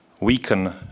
weaken